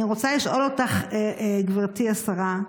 אני רוצה לשאול אותך, גברתי השרה: